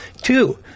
Two